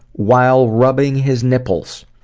while rubbing his nipples.